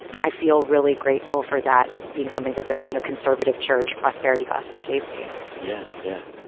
i feel really grateful for that being something that the, you know, conservative church, prosperity gospel gave me yeah. yeah